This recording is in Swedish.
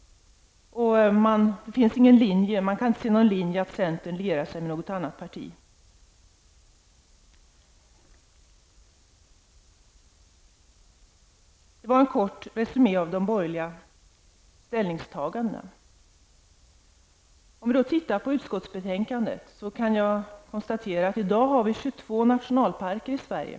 Det finns inte någon linje som visar att centern lierar sig med något annat parti. Det här var en kort resumé av de borgerligas ställningstaganden. När det gäller utskottsbetänkandet kan man konstatera att det i dag finns 22 nationalparker i Sverige.